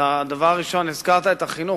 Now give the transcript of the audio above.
הדבר הראשון, כפי שהזכרת, החינוך.